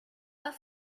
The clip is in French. pas